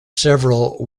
several